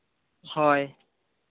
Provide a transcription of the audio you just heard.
ᱦᱳᱭ